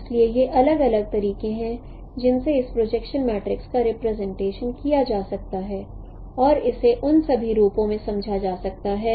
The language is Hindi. इसलिए ये अलग अलग तरीके हैं जिनसे इस प्रोजेक्शन मैट्रिसेस का रिप्रेजेंटेशन किया जा सकता है और इसे उन सभी रूपों में समझा जा सकता है